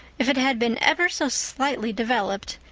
if it had been ever so slightly developed,